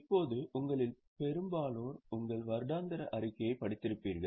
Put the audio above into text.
இப்போது உங்களில் பெரும்பாலோர் உங்கள் வருடாந்திர அறிக்கையைப் படித்திருப்பீர்கள்